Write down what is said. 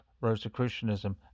Rosicrucianism